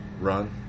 Run